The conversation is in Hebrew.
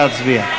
נא להצביע.